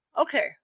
Okay